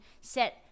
set